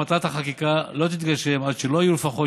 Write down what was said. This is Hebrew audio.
מטרת החקיקה לא תתגשם עד שלא יהיו לפחות